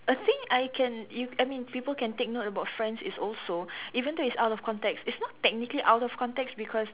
a thing I can if I mean people can take note about friends is also even though it's out of context it's not technically out of context because